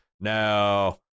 Now